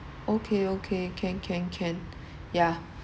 okay okay can can can yeah